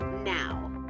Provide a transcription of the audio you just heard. now